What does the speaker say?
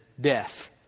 Death